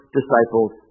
disciples